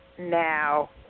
now